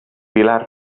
pilar